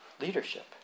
leadership